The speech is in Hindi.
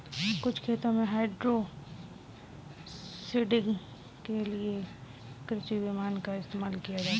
कुछ खेतों में हाइड्रोसीडिंग के लिए कृषि विमान का इस्तेमाल किया जाता है